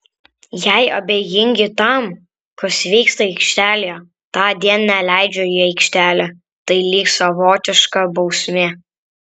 jei abejingi tam kas vyksta aikštelėje tądien neleidžiu į aikštelę tai lyg savotiška bausmė